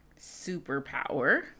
Superpower